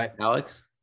Alex